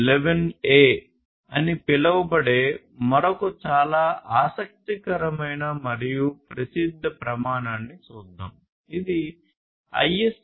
11a అని పిలువబడే మరొక చాలా ఆసక్తికరమైన మరియు ప్రసిద్ధ ప్రమాణాన్ని చూద్దాం ఇది ISA 100